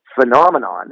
phenomenon